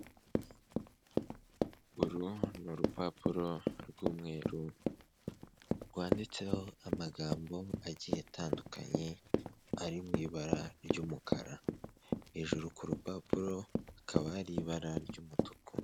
Uru ni urupapuro rw'umweru rwanditseho amagambo agiye atandukanye ari mu ibara ry'umukara, hejuru ku rupapurokaba ari ibara ry'umutuku.